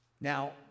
Now